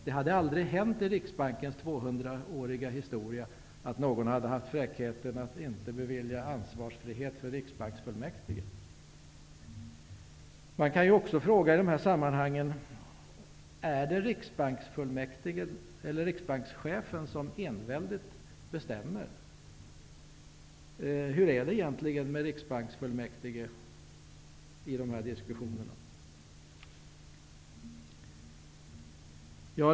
Det hade aldrig hänt i Riksbankens 200-åriga historia att någon hade haft fräckheten att inte bevilja ansvarsfrihet för Riksbanksfullmäktige. I dessa sammanhang kan man också ställa frågan: Är det Riksbanksfullmäktige eller riksbankschefen som enväldigt bestämmer? Hur är det egentligen med Riksbanksfullmäktige i dessa diskussioner?